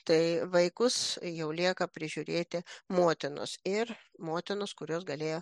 tai vaikus jau lieka prižiūrėti motinos ir motinos kurios galėjo